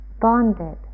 bonded